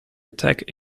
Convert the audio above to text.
attack